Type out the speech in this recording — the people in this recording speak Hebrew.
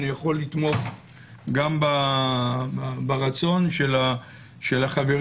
אני יכול לתמוך גם ברצון של החברים,